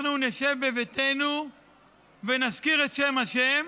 אנחנו נשב בבתינו ונזכיר את שם ה',